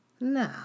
No